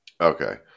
Okay